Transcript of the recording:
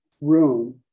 room